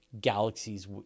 galaxies